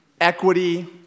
Equity